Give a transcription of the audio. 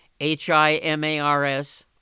HIMARS